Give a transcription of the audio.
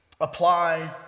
apply